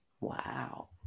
Wow